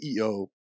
CEO